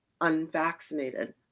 unvaccinated